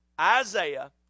isaiah